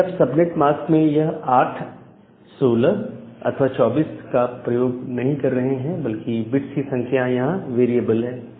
अभी आप subnet mask में यह 8 16 अथवा 24 बिट्स का प्रयोग नहीं करने जा रहे हैं बल्कि बिट्स की संख्या यहां वेरिएबल है